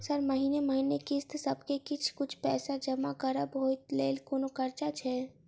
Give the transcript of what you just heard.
Sir महीने महीने किस्तसभ मे किछ कुछ पैसा जमा करब ओई लेल कोनो कर्जा छैय?